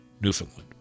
newfoundland